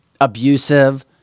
abusive